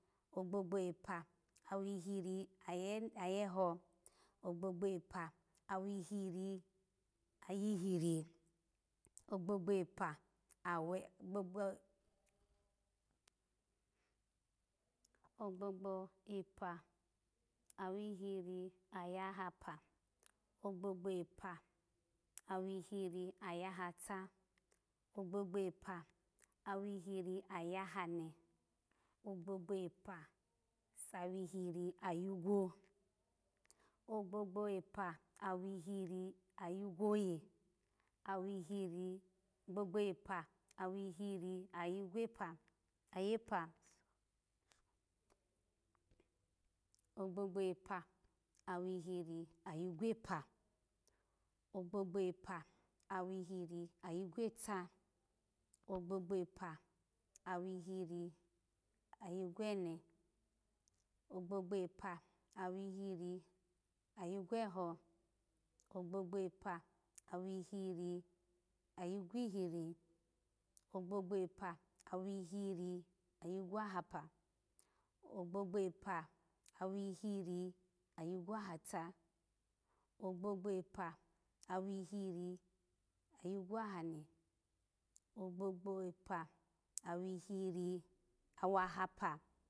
Ogbogbo epa awihiri aye ayeho, ogbo gbo epa awihiri ayihiri, ogbo gbo epa awe gbo gbo ogbo gbo epa awihiri ayahapa, gbogbo epa awihiri ayahata, gbogbo epa awihiri ayahane, gbogbo epa sa wihiri ayigwo, gbogbo epa sa wihiri ayi gwoye, ito awihiri, gbogbo epa awihiri ayi gwepa ayepa, ogbogbo epa awihiri ayi gwopa, ogbogbo epa awihiri ayi gwota, ogbogbo epa awihiri ayi gwone, ogbogbo epa awihiri ayi gwoho, ogbogbo epa awihiri ayi wohiri, ogbogbo epa awihiri ayi gwahata, ogbogbo epa awihiri ayi gwo hane, ogbogbo epa awihiri awa hapa